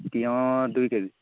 তিঁয়হ দুই কেজি